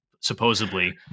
supposedly